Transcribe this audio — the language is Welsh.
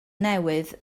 newydd